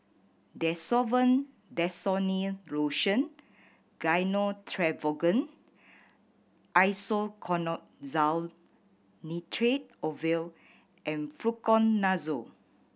Desowen Desonide Lotion Gyno Travogen Isoconazole Nitrate Ovule and Fluconazole